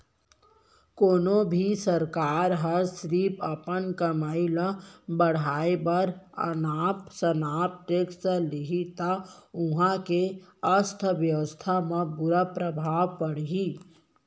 कोनो भी सरकार ह सिरिफ अपन कमई ल बड़हाए बर अनाप सनाप टेक्स लेहि त उहां के अर्थबेवस्था म बुरा परभाव परही